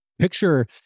picture